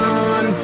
on